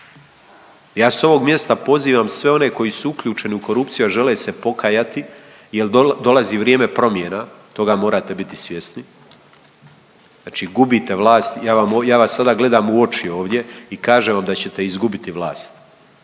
Ja s ovog mjesta pozivam sve one koji su uključeni u korupciju, a žele se pokajati jer dolazi vrijeme promjena toga morate biti svjesni, znači gubite vlast, ja vas sada gledam u oči ovdje i kažem vam da ćete izgubiti vlast.